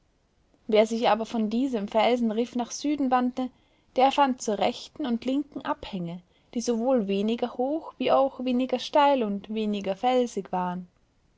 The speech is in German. wer sich aber von diesem felsenriff nach süden wandte der fand zur rechten und linken abhänge die sowohl weniger hoch wie auch weniger steil und weniger felsig waren